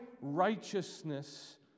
righteousness